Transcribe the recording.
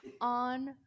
on